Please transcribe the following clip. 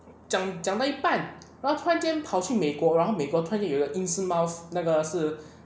讲讲到一半然后突然间跑去美国然后美国他就有英式猫那个是